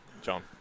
John